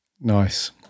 nice